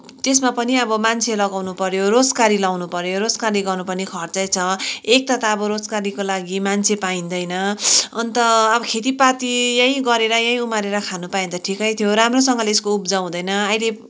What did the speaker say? त्यसमा पनि अब मान्छे लगाउनु पऱ्यो रोजगारी लगाउनुपऱ्यो रोजगारी गर्नु पनि खर्चै छ एक त त अब रोजगारीको लागि मान्छे पाइँदैन अनि त अब खेतीपाती यहीँ गरेर यहीँ उमारेर खान पाए भने त ठिकै थियो राम्रोसँगले यसको उब्जाउ हुँदैन अहिले